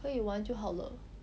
可以玩就好了